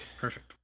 Perfect